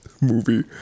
movie